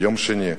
יום שני,